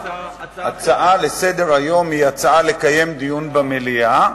הצעה לסדר-היום היא הצעה לקיים דיון במליאה.